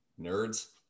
nerds